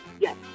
Yes